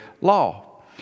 Law